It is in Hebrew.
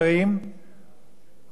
חוץ מזה, אני עוד לא מדבר על ספרי הקודש.